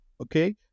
Okay